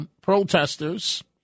protesters